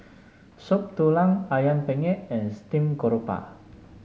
Soup Tulang ayam Penyet and Steamed Garoupa